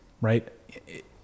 right